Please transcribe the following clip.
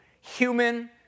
human